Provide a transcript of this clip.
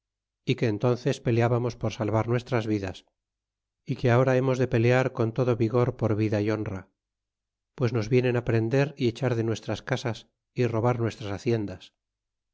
y que entónces peleábamos por salvar nuestras vidas y que ahora hemos de pelear con todo vigor por vida y honra pues nos vienen á prender y echar de nuestras casas y robar nuestras haciendas